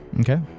Okay